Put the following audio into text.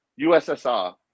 ussr